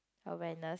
awareness